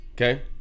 okay